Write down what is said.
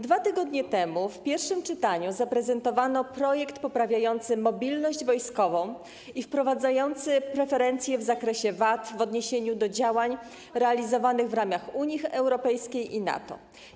2 tygodnie temu, w trakcie pierwszego czytania, zaprezentowano projekt poprawiający mobilność wojskową i wprowadzający preferencje w zakresie VAT w odniesieniu do działań realizowanych w ramach Unii Europejskiej i NATO.